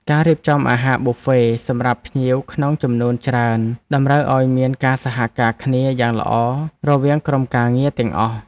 ការរៀបចំអាហារប៊ូហ្វេសម្រាប់ភ្ញៀវក្នុងចំនួនច្រើនតម្រូវឱ្យមានការសហការគ្នាយ៉ាងល្អរវាងក្រុមការងារទាំងអស់។